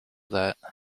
that